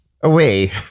away